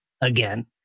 again